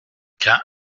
quint